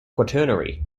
quaternary